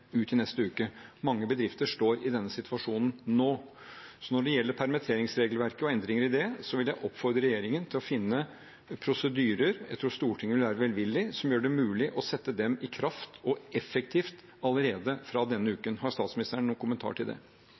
ut i neste uke. Mange bedrifter står i denne situasjonen nå. Når det gjelder permitteringsregelverket og endringer i det, vil jeg oppfordre regjeringen til å finne prosedyrer – jeg tror Stortinget vil være velvillig – som gjør det mulig å sette dem i kraft, og effektivt, allerede fra denne uken. Har statsministeren noen kommentar til det?